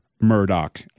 Murdoch